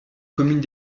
communes